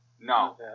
No